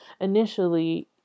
initially